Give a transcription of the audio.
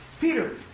Peter